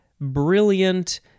brilliant